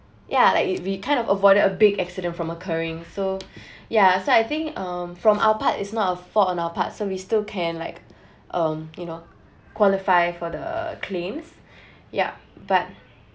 ya like we we kind of avoided a big accident from occurring so ya so I think um from our part is not a fault on our part so we still can like um you know qualify for the claims yup but